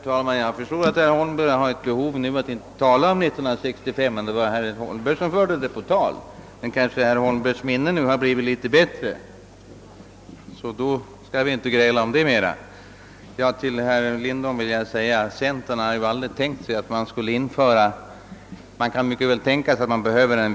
Herr talman! Jag förstår att herr Holmberg inte vill tala om vad som gjordes år 1965, men det var herr Holmberg som förde det på tal. Kanske herr Holmbergs minne nu har blivit litet bättre, så vi skall inte gräla mer om det. Till herr Lindholm vill jag säga att centern aldrig har tänkt sig att man skulle införa strikta bestämmelser om pengarnas användande inom kommunerna.